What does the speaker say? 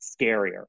scarier